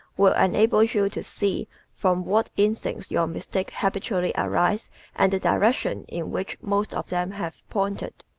will enable you to see from what instincts your mistakes habitually arise and the direction in which most of them have pointed.